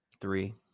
Three